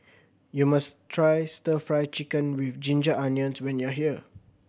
you must try Stir Fry Chicken with ginger onions when you are here